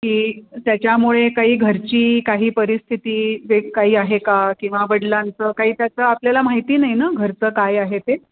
की त्याच्यामुळे काही घरची काही परिस्थिती वे काही आहे का किंवा वडिलांचं काही त्याचं आपल्याला माहिती नाही नं घरचं काय आहे ते